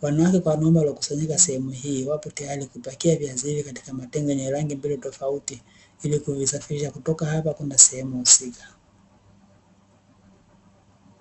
Wanawake kwa wanaume waliokusanyika sehemu hii wapo tayari kupakia viazi hivyo katika matenga yenye rangi mbili tofauti ili kuvisafirisha kutoka hapo kwenda sehemu husika.